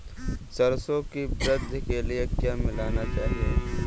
सरसों की वृद्धि के लिए क्या मिलाना चाहिए?